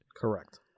Correct